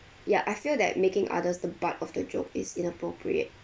ya I feel that making others the butt of the joke is inappropriate